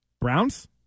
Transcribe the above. Browns